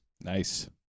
Nice